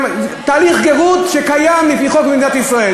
תהליך גרות שקיים לפי חוק במדינת ישראל,